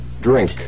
drink